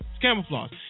Camouflage